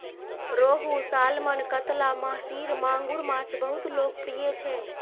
रोहू, सालमन, कतला, महसीर, मांगुर माछ बहुत लोकप्रिय छै